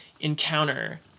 encounter